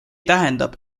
tähendab